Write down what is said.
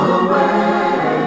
away